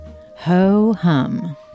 Ho-hum